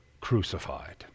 crucified